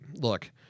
look –